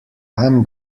i’m